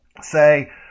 say